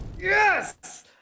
yes